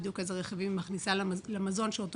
בדיוק איזה רכיבים היא מכניסה למזון שאותו